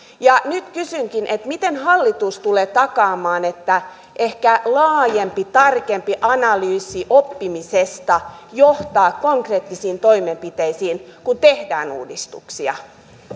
nyt kysynkin miten hallitus tulee takaamaan että ehkä laajempi tarkempi analyysi oppimisesta johtaa konkreettisiin toimenpiteisiin kun tehdään uudistuksia